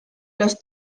los